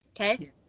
okay